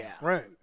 Right